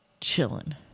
chilling